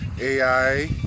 AI